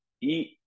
eat